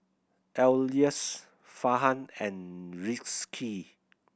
Elyas Farhan and Rizqi